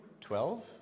Twelve